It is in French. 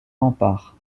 rempart